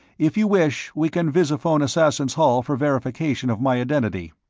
if you wish, we can visiphone assassins' hall for verification of my identity.